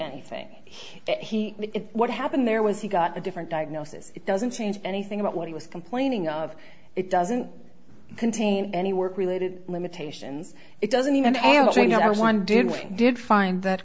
anything he what happened there was he got a different diagnosis it doesn't change anything about what he was complaining of it doesn't contain any work related limitations it doesn't even though you know that one did we did find that